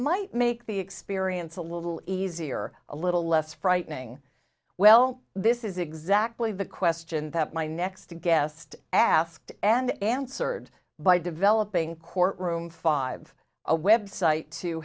might make the experience a little easier a little less frightening well this is exactly the question that my next guest asked and answered by developing courtroom five a website to